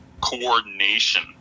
coordination